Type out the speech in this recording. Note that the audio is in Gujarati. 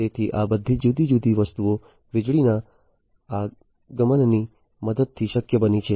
તેથી આ બધી જુદી જુદી વસ્તુઓ વીજળીના આગમનની મદદથી શક્ય બની છે